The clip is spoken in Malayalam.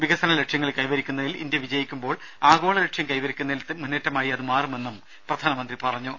വികസന ലക്ഷ്യങ്ങൾ കൈവരിക്കുന്നതിൽ ഇന്ത്യ വിജയിക്കുമ്പോൾ ആഗോള ലക്ഷ്യം കൈവരിക്കുന്നതിലെ മുന്നേറ്റമായി അത് മാറുമെന്നും പ്രധാനമന്ത്രി പറഞ്ഞു